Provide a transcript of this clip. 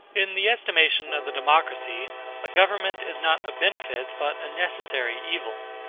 in the estimation of the democracy a government is not a benefit, but a necessary evil.